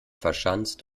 verschanzt